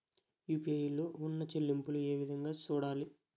UPI లో ఉన్న చెల్లింపులు ఏ విధంగా సూడాలి